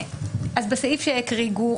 בסעיף שהקריא גור,